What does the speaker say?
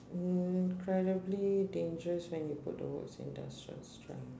mm incredibly dangerous when you put the words industrial strength